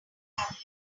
have